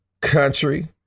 country